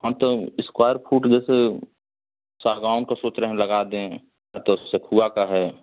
हाँ तो square foot जैसे सागौन का सोच रहे हैं लगा दे तो सेखूआ का है